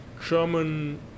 German